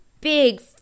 big